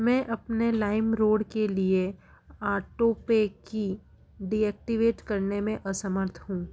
मैं अपने लाइमरोड के लिए आटोपे की डिएक्टिवेट करने में असमर्थ हूँ